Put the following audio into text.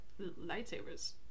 lightsabers